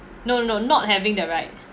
no no no not having the right